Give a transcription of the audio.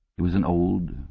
it was an old,